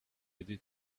did